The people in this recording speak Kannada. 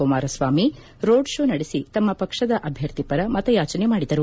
ಕುಮಾರಸ್ವಾಮಿ ರೋಡ್ ಶೋ ನಡೆಸಿ ತಮ್ಮ ಪಕ್ಷದ ಅಭ್ಯರ್ಥಿ ಪರ ಮತಯಾಚನೆ ಮಾಡಿದರು